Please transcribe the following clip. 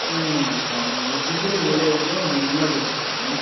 మాది దుద్దిపల్లి విలేజ్లో నిర్మల్ డిస్ట్రిక్ట్ అండి